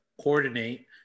coordinate